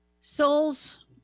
Souls